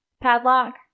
padlock